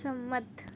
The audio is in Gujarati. સંમત